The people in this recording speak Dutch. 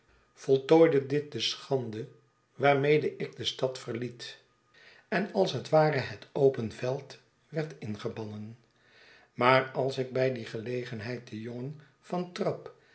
voltooide dit de schande waarmede ik de stad verliet en als het ware het open veld werd ingebannen maar als ik bij die gelegenheid den jongen van trabb